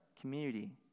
community